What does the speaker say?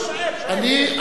לא, אני שואל,